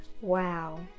Wow